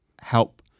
help